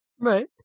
Right